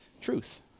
truth